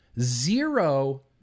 Zero